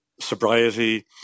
sobriety